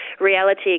reality